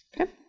Okay